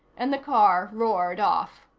and the car roared off.